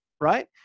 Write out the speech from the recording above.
right